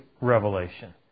revelation